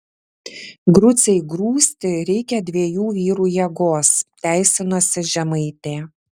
grucei grūsti reikia dviejų vyrų jėgos teisinosi žemaitė